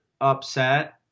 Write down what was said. upset